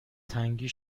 تنگی